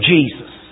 Jesus